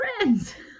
friends